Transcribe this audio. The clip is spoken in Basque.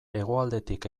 hegoaldetik